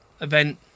event